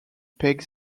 peg